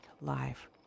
life